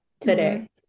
today